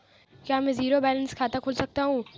क्या मैं zero balance खाता खोल सकता हूँ?